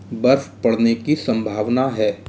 बर्फ पड़ने की संभावना है